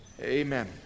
Amen